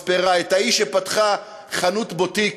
מספרה, ההיא שפתחה חנות בוטיק,